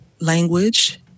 language